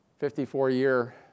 54-year